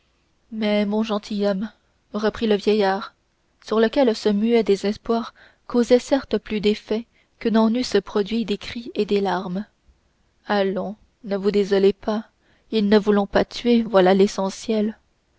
mais mon gentilhomme reprit le vieillard sur lequel ce muet désespoir causait certes plus d'effet que n'en eussent produit des cris et des larmes allons ne vous désolez pas ils ne vous l'ont pas tuée voilà l'essentiel